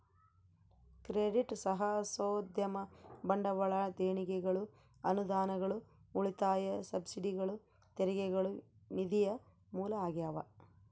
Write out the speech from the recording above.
credit ಸಾಹಸೋದ್ಯಮ ಬಂಡವಾಳ ದೇಣಿಗೆಗಳು ಅನುದಾನಗಳು ಉಳಿತಾಯ ಸಬ್ಸಿಡಿಗಳು ತೆರಿಗೆಗಳು ನಿಧಿಯ ಮೂಲ ಆಗ್ಯಾವ